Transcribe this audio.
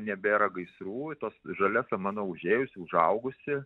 nebėra gaisrų tos žalia samana užėjusi užaugusi